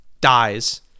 dies